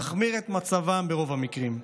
תחמיר את מצבם ברוב המקרים.